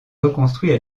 reconstruits